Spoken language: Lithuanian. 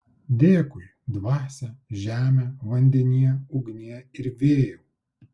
dėkui dvasia žeme vandenie ugnie ir vėjau